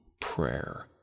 prayer